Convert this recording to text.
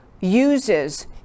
uses